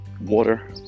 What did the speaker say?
water